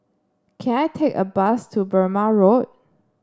can I take a bus to Burmah Road